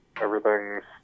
everything's